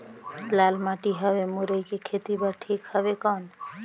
लाल माटी हवे मुरई के खेती बार ठीक हवे कौन?